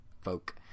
folk